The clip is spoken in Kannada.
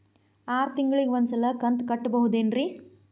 ಆರ ತಿಂಗಳಿಗ ಒಂದ್ ಸಲ ಕಂತ ಕಟ್ಟಬಹುದೇನ್ರಿ?